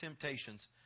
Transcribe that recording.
temptations